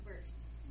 verse